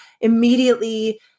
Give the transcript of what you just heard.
immediately